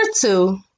two